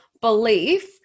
belief